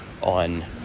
on